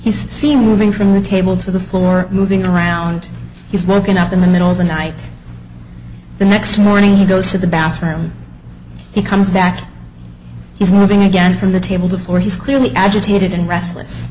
he's seen moving from the table to the floor moving around he's woken up in the middle of the night the next morning he goes to the bathroom he comes back he's moving again from the table before he's clearly agitated and restless